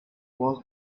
was